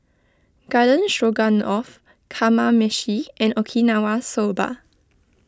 Garden Stroganoff Kamameshi and Okinawa Soba